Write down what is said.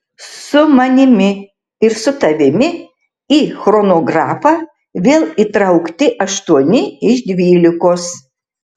su manimi ir su tavimi į chronografą vėl įtraukti aštuoni iš dvylikos